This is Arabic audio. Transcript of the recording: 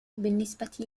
بالنسبة